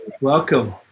Welcome